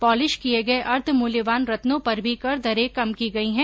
polish किए गए अर्धमूल्यवान रत्नों पर भी कर दरे कम की गई हैं